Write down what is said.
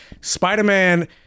Spider-Man